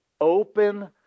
open